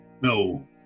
No